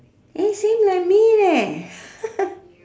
eh same like me leh